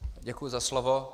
Děkuji za slovo.